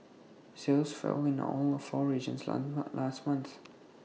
sales fell in all four regions last month